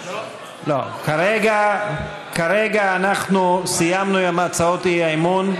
לא, כרגע אנחנו סיימנו עם הצעות האי-אמון,